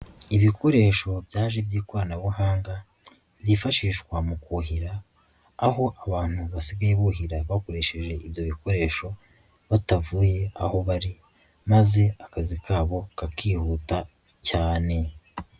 Ibikoresho byaje by'ikoranabuhanga byifashishwa mu kuhira, aho abantu basigaye buhira bakoresheje ibyo bikoresho batavuye aho bari, maze akazi kabo kakihuta cyane.